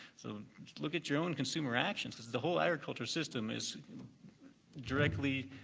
so look at your own consumer actions. the whole agriculture system is directly